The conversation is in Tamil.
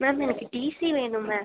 மேம் எனக்கு டிசி வேணும் மேம்